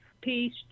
peace